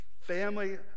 family